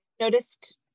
noticed